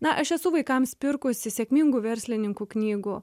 na aš esu vaikams pirkusi sėkmingų verslininkų knygų